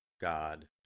God